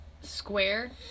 square